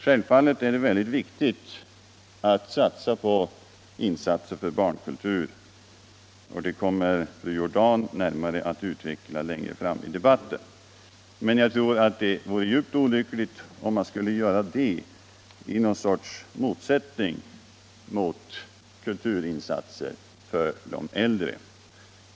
Självfallet är det utomordentligt viktigt att göra insatser för barnkulturen; det kommer fru Jordan att närmare utveckla längre fram i debatten. Men jag tror som sagt att det vore djupt olyckligt om man skulle satsa på barnkulturen i något slags motsättning mot kulturinsatser för de äldre.